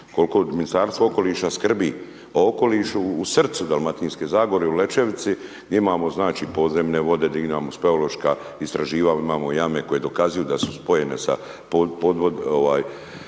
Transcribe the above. kolko Ministarstvo okoliša skrbi o okolišu, u srcu Dalmatinske zagore u Lečevici, gdje imamo znači podzemne vode, gdje imamo speološka istraživanja, imamo jame koje dokazuju da su spojene sa ovaj